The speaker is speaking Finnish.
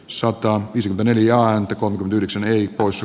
sataa pysyvän eliaan kirkonkylissä heikkous